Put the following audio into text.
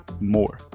more